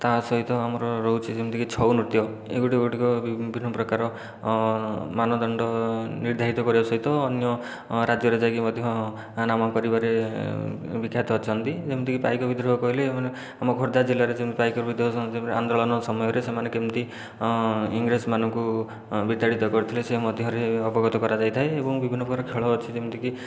ତା ସହିତ ଆମର ରହୁଛି ଯେମିତିକି ଛଉ ନୃତ୍ୟ ଏଗୁଡ଼ିକ ଏଗୁଡ଼ିକ ବିଭିନ୍ନ ପ୍ରକାର ମାନଦଣ୍ଡ ନିର୍ଦ୍ଧାରିତ କରିବା ସହିତ ଅନ୍ୟ ରାଜ୍ୟରେ ଯାଇକି ମଧ୍ୟ ନାମ କରିବାରେ ବିଖ୍ୟାତ ଅଛନ୍ତି ଯେମିତିକି ପାଇକ ବିଦ୍ରୋହ କହିଲେ ଆମ ଖୋର୍ଦ୍ଧା ଜିଲ୍ଲାରେ ଯେମିତି ପାଇକ ବିଦ୍ରୋହ ଆନ୍ଦୋଳନ ସମୟରେ ସେମାନେ କେମିତି ଇଂରେଜ ମାନଙ୍କୁ ବିତାଡ଼ିତ କରିଥିଲେ ସେ ମଧ୍ୟରେ ଅବଗତ କରାଯାଇଥାଏ ଏବଂ ବିଭିନ୍ନ ପ୍ରକାର ଖେଳ ଅଛି ଯେମିତିକି